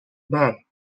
bay